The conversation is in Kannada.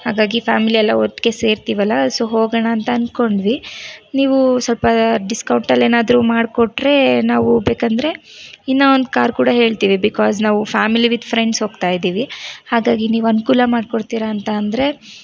ಹಾಗಾಗಿ ಫ್ಯಾಮ್ಲಿ ಎಲ್ಲ ಒಟ್ಟಿಗೆ ಸೇರ್ತೀವಲ್ಲ ಸೊ ಹೋಗೋಣ ಅಂತ ಅಂದ್ಕೊಂಡ್ವಿ ನೀವು ಸ್ವಲ್ಪ ಡಿಸ್ಕೌಂಟಲ್ಲಿ ಏನಾದ್ರೂ ಮಾಡ್ಕೊಟ್ರೆ ನಾವು ಬೇಕೆಂದ್ರೆ ಇನ್ನು ಒಂದು ಕಾರ್ ಕೂಡ ಹೇಳ್ತೀವಿ ಬಿಕ್ವಾಸ್ ನಾವು ಫ್ಯಾಮಿಲಿ ವಿದ್ ಫ್ರೆಂಡ್ಸ್ ಹೋಗ್ತಾಯಿದ್ದೀವಿ ಹಾಗಾಗಿ ನೀವು ಅನುಕೂಲ ಮಾಡಿಕೊಡ್ತೀರಾ ಅಂತ ಅಂದರೆ